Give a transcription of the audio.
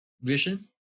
vision